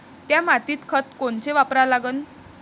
थ्या मातीत खतं कोनचे वापरा लागन?